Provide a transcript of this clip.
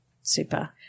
super